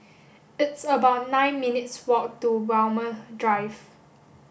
it's about nine minutes walk to Walmer Drive